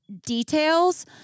details